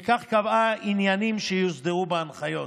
וכך קבעה עניינים שיוסדרו בהנחיות